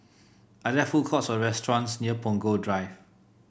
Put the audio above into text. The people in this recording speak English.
are there food courts or restaurants near Punggol Drive